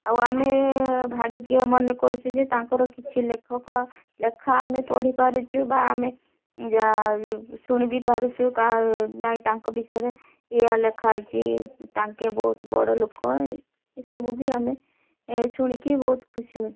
ଆଉ ଆମେ ଭାଗ୍ୟ ମନେ କରୁଛୁ ଯେ ତାଙ୍କର କିଛି ଲେଖକ ଲେଖା ଆମେ ପଢ଼ିପାରୁଛୁ ବା ଆମେ ଯା ଶୁଣିବି ପାରୁଛୁ ନାହିଁ ତାଙ୍କ ବିଷୟରେ ୟା ଲେଖା ହେଇଛି ତାଙ୍କେ ବହୁତ ବଡ଼ ଲୋକ ଏସବୁ ବି ଆମେ ଶୁଣିକି ବହୁତ ଖୁସି ହଉଛୁ